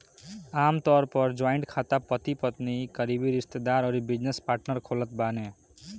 आमतौर पअ जॉइंट खाता पति पत्नी, करीबी रिश्तेदार अउरी बिजनेस पार्टनर खोलत बाने